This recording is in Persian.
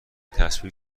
تصویر